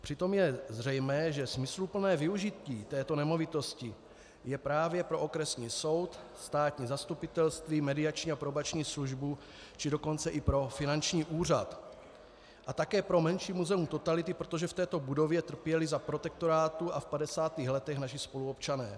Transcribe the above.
Přitom je zřejmé, že smysluplné využití této nemovitosti je právě pro okresní soud, státní zastupitelství, mediační a probační službu, či dokonce i pro finanční úřad a také pro menší muzeum totality, protože v této budově trpěli za protektorátu a v 50. letech naši spoluobčané.